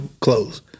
close